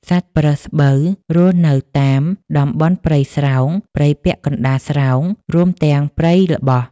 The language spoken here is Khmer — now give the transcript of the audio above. សត្វប្រើសស្បូវរស់នៅតាមតំបន់ព្រៃស្រោង ព្រៃពាក់កណ្តាលស្រោង រួមទាំងព្រៃល្បោះ។